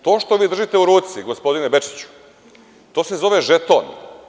To što vi držite u ruci gospodine Bečiću, to se zove žeton.